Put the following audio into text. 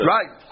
Right